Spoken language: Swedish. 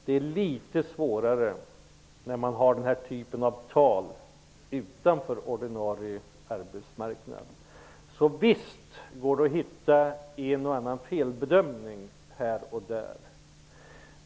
Det blir litet svårare med detta höga antal människor utanför den ordinarie arbetsmarknaden. Visst går det att hitta en och annan felbedömning här och där.